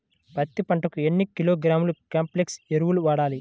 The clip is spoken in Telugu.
పత్తి పంటకు ఎన్ని కిలోగ్రాముల కాంప్లెక్స్ ఎరువులు వాడాలి?